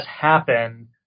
happen